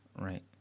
Right